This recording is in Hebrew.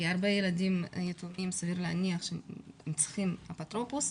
כי סביר להניח שהרבה ילדים יתומים צריכים אפוטרופוס,